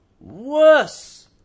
worse